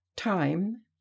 Time